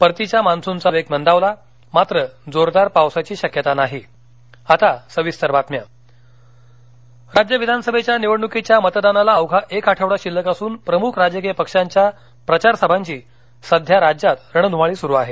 परतीच्या मान्सूनचा वेग मंदावला मात्र जोरदार पावसाची शक्यता नाही राज्य विधानसभेच्या निवडणुकीच्या मतदानाला अवघा एक आठवडा शिल्लक असून प्रमुख राजकीय पक्षांच्या प्रचार सभांची सध्या राज्यात रणध्माळी सुरु आहे